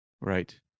right